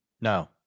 no